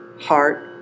heart